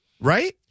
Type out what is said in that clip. right